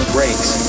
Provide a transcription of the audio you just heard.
Brakes